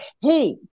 hey